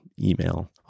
email